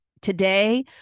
Today